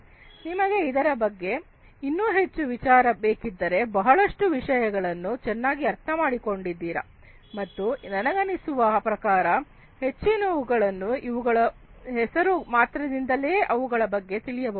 ನಿಮಗೆ ಇದರ ಬಗ್ಗೆ ಇನ್ನು ಹೆಚ್ಚು ವಿವರ ಬೇಕಿದ್ದರೆ ಬಹಳಷ್ಟು ವಿಷಯಗಳನ್ನು ಚೆನ್ನಾಗಿ ಅರ್ಥ ಮಾಡಿಕೊಂಡಿದ್ದೀರಾ ಮತ್ತು ನನಗನ್ನಿಸುವ ಪ್ರಕಾರ ಹೆಚ್ಚಿನವುಗಳನ್ನು ಅವುಗಳ ಹೆಸರು ಮಾತ್ರದಿಂದ ಅವುಗಳ ಬಗ್ಗೆ ತಿಳಿಯಬಹುದು